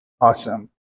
awesome